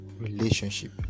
relationship